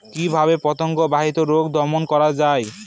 কিভাবে পতঙ্গ বাহিত রোগ দমন করা যায়?